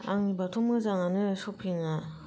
आंनि बाथ' मोजांआनो सफिंआ